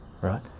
right